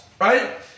Right